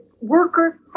worker